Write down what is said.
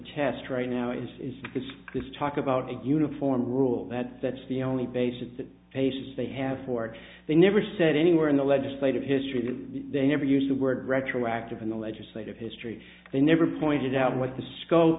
test right now is is because this talk about a uniform rule that that's the only basis that patients they have for they never said anywhere in the legislative history that they never use the word retroactive in the legislative history they never pointed out what the scope